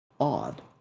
Odd